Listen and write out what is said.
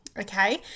Okay